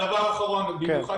הדבר האחרון, במיוחד